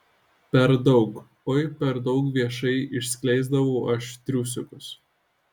per daug oi per daug viešai išskleisdavau aš triusikus